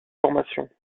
formation